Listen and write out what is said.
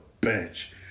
bench